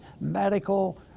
medical